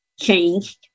changed